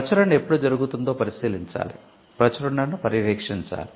ప్రచురణ ఎప్పుడు జరుగుతుందో పరిశీలించాలి ప్రచురణను పర్యవేక్షించాలి